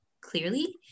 clearly